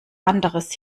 anderes